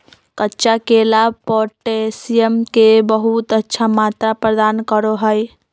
कच्चा केला पोटैशियम के बहुत अच्छा मात्रा प्रदान करो हइ